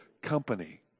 company